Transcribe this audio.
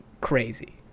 crazy